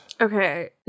Okay